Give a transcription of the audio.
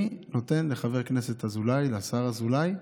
אני נותן לחבר הכנסת אזולאי, לשר אזולאי,